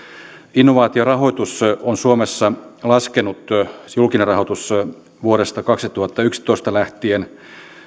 innovaatiorahoitus on suomessa laskenut siis julkinen rahoitus vuodesta kaksituhattayksitoista lähtien